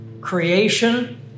creation